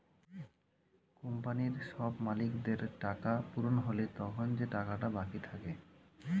কোম্পানির সব মালিকদের টাকা পূরণ হলে তখন যে টাকাটা বাকি থাকে